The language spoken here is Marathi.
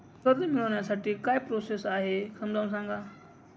कर्ज मिळविण्यासाठी काय प्रोसेस आहे समजावून सांगा